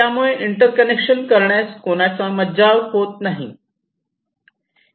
त्यामुळे इंटर्कनेक्शन करण्यास कोणाचा मज्जाव होत नाही